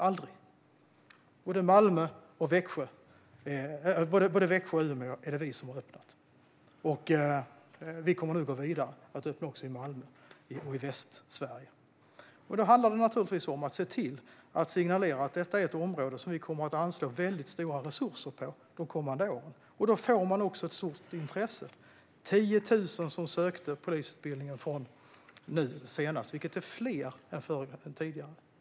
Vi startade i både Växjö och Umeå och kommer att starta i Malmö och Västsverige. Det handlar om att signalera att detta är ett område där vi kommer att anslå stora resurser de kommande åren. Då får man ett stort intresse. Det var 10 000 som sökte polisutbildningen nu senast, vilket är fler än tidigare.